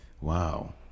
wow